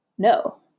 No